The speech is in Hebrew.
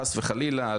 חס וחלילה,